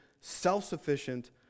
self-sufficient